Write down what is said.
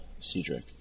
Cedric